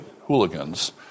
hooligans